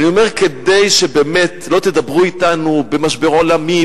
אדוני: אני אומר כדי שבאמת לא תדברו אתנו במשבר עולמי,